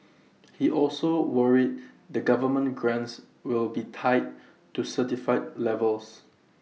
he also worried that government grants will be tied to certify levels